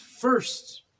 first